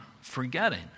forgetting